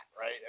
right